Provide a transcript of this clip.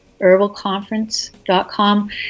Herbalconference.com